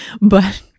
but-